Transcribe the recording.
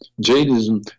jainism